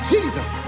Jesus